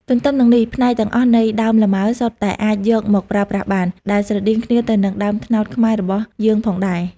ទន្ទឹមនឹងនេះផ្នែកទាំងអស់នៃ ដើមលម៉ើ សុទ្ធតែអាចយកមកប្រើប្រាស់បាន ដែលស្រដៀងគ្នាទៅនឹងដើមត្នោតខ្មែរបស់រយើងផងដែរ។